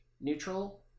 neutral